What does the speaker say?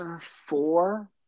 four